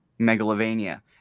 Megalovania